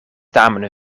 tamen